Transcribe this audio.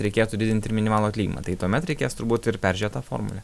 reikėtų didint ir minimalų atlyginimą tai tuomet reikės turbūt ir peržiūrėt tą formulę